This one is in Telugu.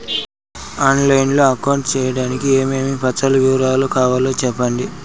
ఆన్ లైను లో అకౌంట్ సేయడానికి ఏమేమి పత్రాల వివరాలు కావాలో సెప్పండి?